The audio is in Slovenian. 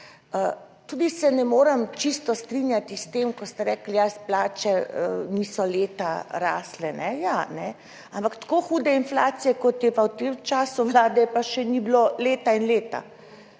Tudi se ne morem čisto strinjati s tem, ko ste rekli, ja, plače niso leta rasle. Ja, ampak tako hude inflacije, kot je pa v tem času vlade, pa še ni bilo leta in leta.